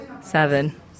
seven